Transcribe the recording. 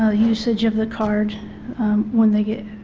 ah usage of the card when they get,